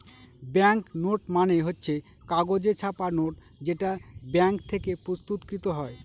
bank note মানে হচ্ছে কাগজে ছাপা নোট যেটা ব্যাঙ্ক থেকে প্রস্তুত কৃত হয়